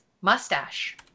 mustache